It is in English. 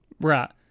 Right